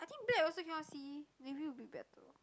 I think black also cannot see maybe will be better